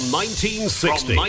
1960